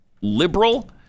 liberal